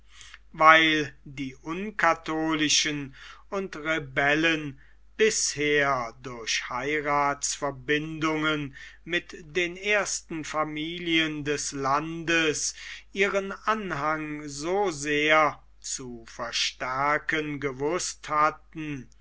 weil die unkatholischen und rebellen bisher durch heirathsverbindungen mit den ersten familien des landes ihren anhang so sehr zu verstärken gewußt hatten